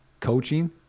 coaching